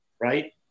Right